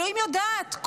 אלוהים יודעת,